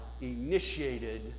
initiated